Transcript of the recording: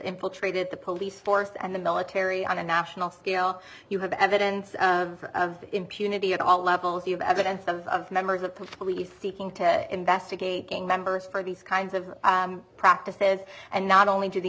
infiltrated the police force and the military on a national scale you have evidence of impunity at all levels of evidence of members of police seeking to investigate gang members for these kinds of practices and not only do the